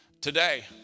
today